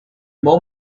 more